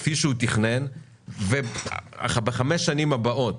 כפי שהוא תכנן ובחמש השנים הבאות